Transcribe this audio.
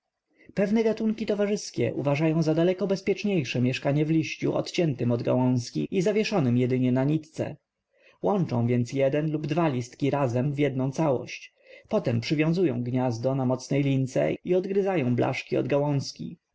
pewne gatunki towarzyskie uważają za daleko bezpieczniejsze mieszkanie w liściu odciętym od gałązki i zawieszonym jedynie na nitce łączą więc jeden lub dwa listki razem w jednę całość potem przywiązują gniazdo na mocnej lince i odgryzają blaszki od